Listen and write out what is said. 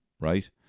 right